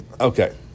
Okay